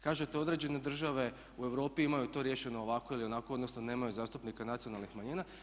Kažete određene države u Europi to imaju riješeno ovako ili onako, odnosno nemaju zastupnika nacionalnih manjina.